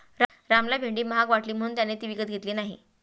रामला भेंडी महाग वाटली म्हणून त्याने ती विकत घेतली नाही